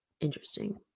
interesting